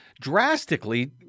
Drastically